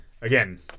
again